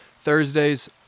Thursdays